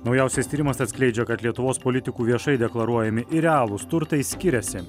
naujausias tyrimas atskleidžia kad lietuvos politikų viešai deklaruojami ir realūs turtai skiriasi